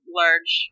large